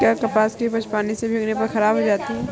क्या कपास की उपज पानी से भीगने पर खराब हो सकती है?